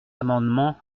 amendement